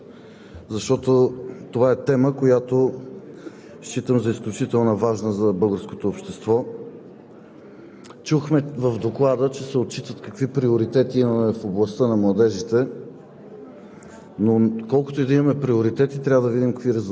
Уважаеми господин Председател, дами и господа народни представители! Аз благодаря, че има хора в залата, защото това е тема, която считам за изключително важна за българското общество.